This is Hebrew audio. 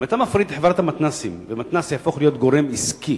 אם אתה מפריט את חברת המתנ"סים ומתנ"ס יהפוך להיות גורם עסקי,